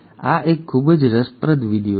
અને આ એક ખૂબ જ રસપ્રદ વીડિયો છે